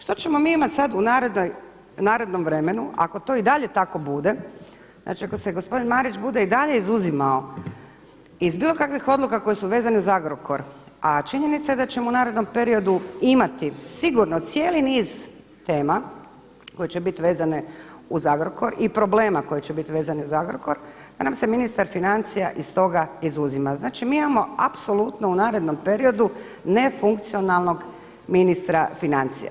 Što ćemo mi imati sada u narednom vremenu ako to i dalje tako bude, znači ako se gospodin Marić bude i dalje izuzimao iz bilo kakvih odluka koji su vezani uz Agrokor, a činjenica je da ćemo u narednom periodu imati sigurno cijeli niz tema koje će biti vezane uz Agrokor i problema koji će biti vezani uz Agrokor da nam se ministar financija iz toga izuzima Znači mi imamo apsolutno u narednom periodu nefunkcionalnog ministra financija.